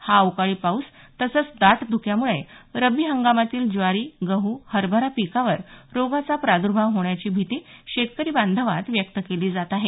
हा अवकाळी पाऊस तसंच दाट धुक्यामुळे रब्बी हंगामातील ज्वारी गहू हरभरा पिकांवर रोगाचा प्राद्भाव होण्याची भिती शेतकरी बांधवात व्यक्त केली जात आहे